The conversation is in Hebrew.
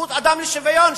שזכות אדם לשוויון,